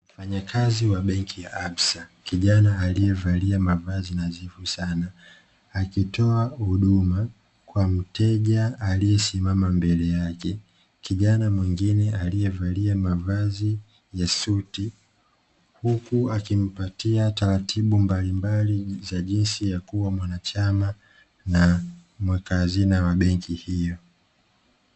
Mfanyakazi wa benki ya Absa kijana aliyevalia mavazi nadhifu sana akitoa huduma kwa mteja aliyesimama mbele yake, kijana wingine aliyevalia mavazi ya suti huku akimpatia taratibu mbalimbali za jinsi ya kuwa mwanachama na mwekahazina wa benki hiyo.